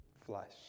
flesh